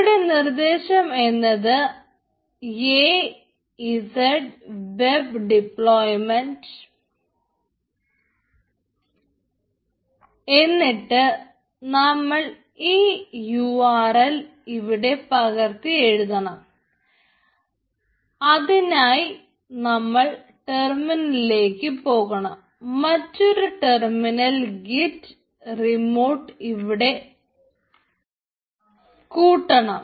ഇവിടെ നിർദ്ദേശം എന്നത് എ ഇസെഡ് വെബ് ഡിപ്ലോമയ്മെൻറ് ഇവിടെ ഇവിടെ കൂട്ടണം